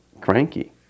cranky